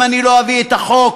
אם אני לא אביא את החוק,